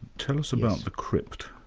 tell us about the crypt.